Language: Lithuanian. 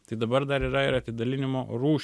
tai dabar dar yra ir atidalinimo rūš